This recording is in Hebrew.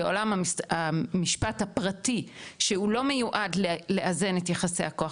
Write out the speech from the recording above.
בעולם המשפט הפרטי שהוא לא מיועד לאזן את היחסי הכוח,